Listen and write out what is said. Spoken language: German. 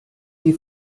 die